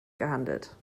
gehandelt